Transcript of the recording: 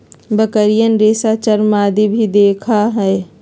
बकरियन रेशा, चर्म आदि भी देवा हई